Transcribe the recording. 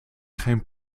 geen